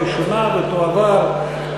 (עצור החשוד בעבירות ביטחון) (הוראת שעה)